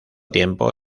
tiempo